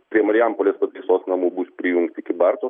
prie marijampolės pataisos namų bus prijungti kybartų